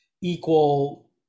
equal